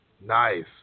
Nice